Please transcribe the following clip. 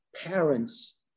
parents